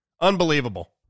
unbelievable